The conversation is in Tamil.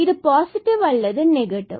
இது பாசிட்டிவ் அல்லது நெகட்டிவ்